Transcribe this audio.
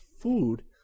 food